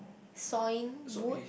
sawing wood